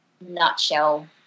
nutshell